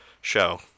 show